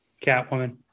Catwoman